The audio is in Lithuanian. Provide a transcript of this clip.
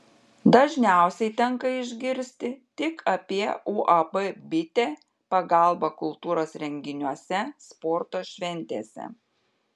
dažniausiai tenka išgirsti tik apie uab bitė pagalbą kultūros renginiuose sporto šventėse